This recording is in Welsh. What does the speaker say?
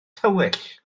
tywyll